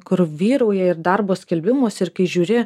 kur vyrauja ir darbo skelbimuos ir kai žiūri